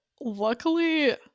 Luckily